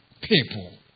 people